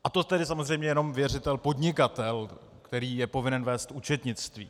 A to tedy samozřejmě jenom věřitel podnikatel, který je povinen vést účetnictví.